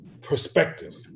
perspective